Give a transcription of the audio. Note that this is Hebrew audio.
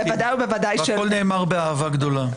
הכול נאמר באהבה גדולה.